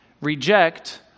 Reject